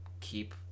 keep